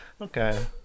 okay